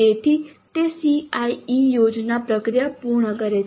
તેથી તે CIE યોજના પ્રક્રિયા પૂર્ણ કરે છે